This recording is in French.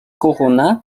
corona